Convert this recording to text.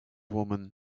woman